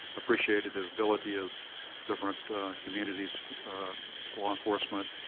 appreciated the ability of different communities, law enforcement,